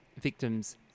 victims